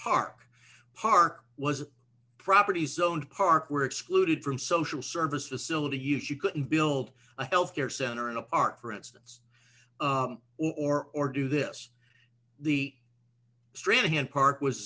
park park was property zoned park were excluded from social services still to use you couldn't build a health care center in a park for instance or or do this the street hand park was